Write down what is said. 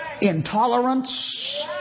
intolerance